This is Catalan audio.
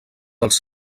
dels